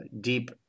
deep